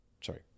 sorry